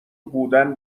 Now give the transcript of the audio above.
بودن